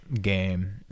game